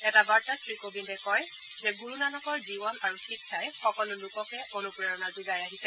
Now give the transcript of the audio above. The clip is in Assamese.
এটা বাৰ্তাত শ্ৰীকোবিন্দে কয় যে গুৰুনানকৰ জীৱন আৰু শিক্ষাই সকলো লোককে অনুপ্ৰেৰণা যোগাই আহিছে